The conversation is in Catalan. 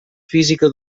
física